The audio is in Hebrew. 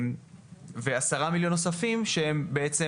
בנוסף, עשרה מיליון נוספים שהם בעצם